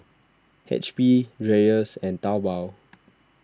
H P Dreyers and Taobao